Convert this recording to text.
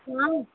हाँ